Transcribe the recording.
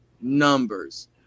numbers